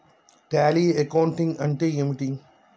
Tally accounting అంటే ఏమిటి?